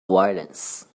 violence